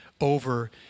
over